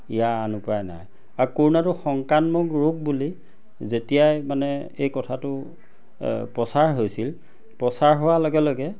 ইয়াৰ আন উপায় নাই আৰু কৰোণাটো সংক্ৰাত্মক ৰূপ বুলি যেতিয়াই মানে এই কথাটো প্ৰচাৰ হৈছিল প্ৰচাৰ হোৱাৰ লগে লগে